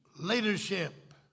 Leadership